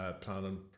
planning